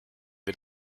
wir